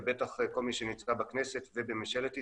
ובטח כל מי שנמצא בכנסת ובממשלת ישראל.